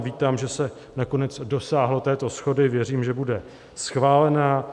Vítám, že se nakonec dosáhlo této shody, věřím, že bude schválená.